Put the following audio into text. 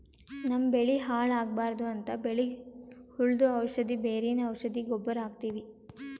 ನಮ್ಮ್ ಬೆಳಿ ಹಾಳ್ ಆಗ್ಬಾರ್ದು ಅಂತ್ ಬೆಳಿಗ್ ಹುಳ್ದು ಔಷಧ್, ಬೇರಿನ್ ಔಷಧ್, ಗೊಬ್ಬರ್ ಹಾಕ್ತಿವಿ